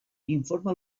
informa